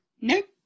Nope